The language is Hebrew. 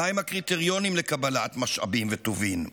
מהם הקריטריונים לקבלת משאבים וטובין.